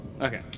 Okay